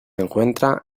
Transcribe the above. encuentra